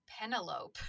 Penelope